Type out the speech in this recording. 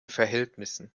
verhältnissen